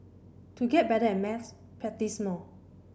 to get better at maths practise more